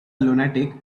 lunatic